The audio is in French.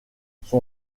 son